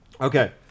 Okay